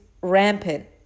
rampant